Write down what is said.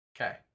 Okay